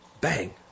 bang